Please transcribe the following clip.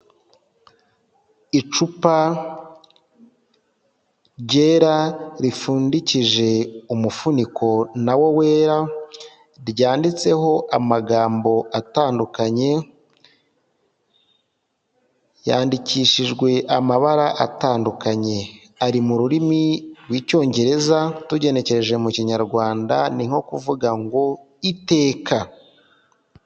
Icupa ryera ripfundikije umufuniko nawo wera, ryanditseho amagambo atandukanye, yandikishijwe amabara atandukanye. Ari mu rurimi rw'Icyongereza, tugenekereje mu kinyarwanda ni nko kuvuga ngo iteka.